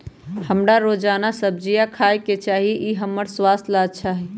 हमरा रोजाना सब्जिया खाय के चाहिए ई हमर स्वास्थ्य ला अच्छा हई